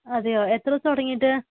അതെയോ എത്ര ദിവസമായി തുടങ്ങിയിട്ട്